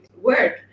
work